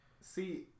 See